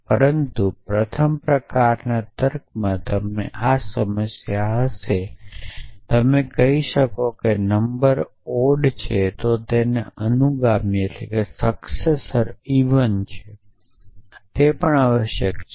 પરંતુ પ્રથમ પ્રકારના તર્કમાં તમને આ સમસ્યા હશે તમે કહી શકો કે જો નંબર ઓડ છે તો તેનો અનુગામી ઈવન છે તે પણ આવશ્યક છે